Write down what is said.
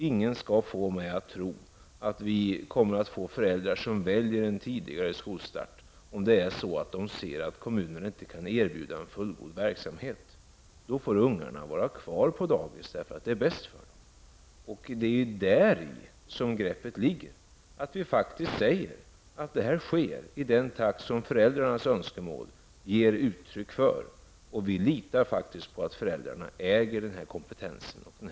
Ingen skall få mig att tro att vi kommer att få föräldrar som väljer en tidigare skolstart, om de ser att kommunerna inte kan erbjuda en fullgod verksamhet. Då får ungarna vara kvar på dagis, därför att det är bäst för dem. Det är däri som greppet ligger, dvs. att vi faktiskt säger att det här sker i den takt som föräldrarnas önskemål ger uttryck för. Vi litar på att föräldrarna äger, den kompetensen och kraften.